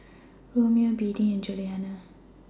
Romeo Beadie and Julianna